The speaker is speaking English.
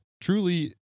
truly